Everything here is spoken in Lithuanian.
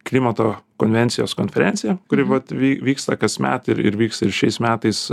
klimato konvencijos konferenciją kuri vat vy vyksta kasmet ir ir vyks ir šiais metais